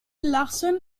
larson